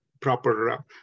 proper